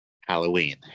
Halloween